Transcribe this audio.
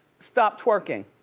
stop twerking.